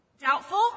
Doubtful